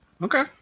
Okay